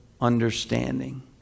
understanding